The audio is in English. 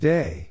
Day